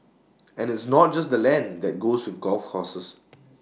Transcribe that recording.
and it's not just the land that goes with golf courses